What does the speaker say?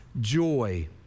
joy